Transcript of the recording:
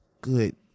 good